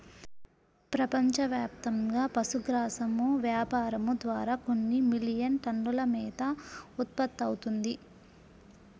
ప్రపంచవ్యాప్తంగా పశుగ్రాసం వ్యాపారం ద్వారా కొన్ని మిలియన్ టన్నుల మేత ఉత్పత్తవుతుంది